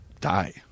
die